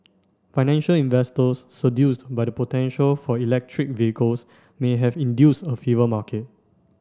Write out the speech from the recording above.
financial investors seduced by the potential for electric vehicles may have induced a fever market